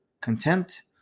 contempt